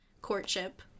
courtship